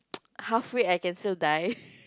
halfway I can still die